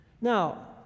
Now